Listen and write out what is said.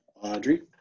Audrey